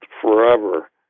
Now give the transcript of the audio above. forever